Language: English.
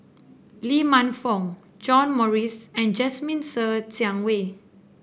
Lee Man Fong John Morrice and Jasmine Ser Xiang Wei